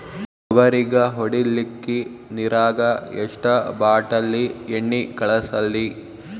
ತೊಗರಿಗ ಹೊಡಿಲಿಕ್ಕಿ ನಿರಾಗ ಎಷ್ಟ ಬಾಟಲಿ ಎಣ್ಣಿ ಕಳಸಲಿ?